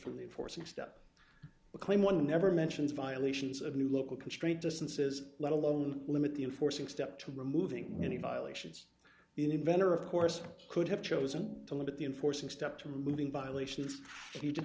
from the forcing step a claim one never mentions violations of new local constraint distances let alone limit the enforcing step to removing any violations inventor of course could have chosen to limit the enforcing step to moving violations if you did